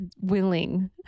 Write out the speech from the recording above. willing